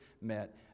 met